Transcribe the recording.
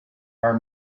are